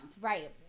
Right